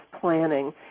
planning